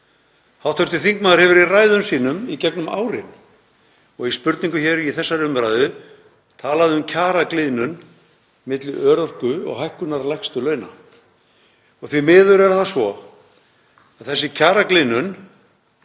Hv. þingmaður hefur í ræðum sínum í gegnum árin og í spurningu í þessari umræðu talaði um kjaragliðnun milli örorkulauna og hækkunar lægstu launa. Því miður er það svo að þessi kjaragliðnun